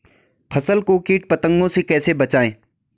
फसल को कीट पतंगों से कैसे बचाएं?